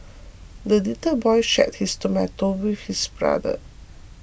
the little boy shared his tomato with his brother